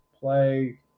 Play